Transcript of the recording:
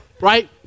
right